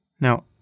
Now